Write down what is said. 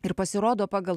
ir pasirodo pagal